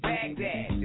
Baghdad